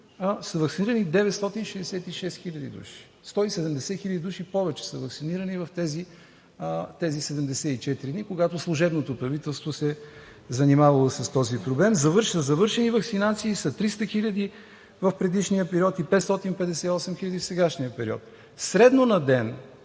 са ваксинирани 966 хиляди души – 170 хиляди души повече са ваксинирани в тези 74 дни, когато служебното правителство се е занимавало с този проблем. Със завършени ваксинации са 300 хиляди в предишния период и 558 хиляди в сегашния период. Средно на ден